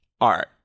art